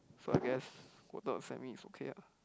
so I guess quarter of set means it's okay ah